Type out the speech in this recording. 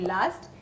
Last